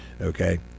Okay